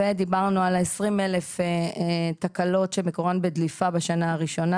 ודיברנו על העשרים-אלף תקלות שמקורת בדליפה בשנה הראשונה.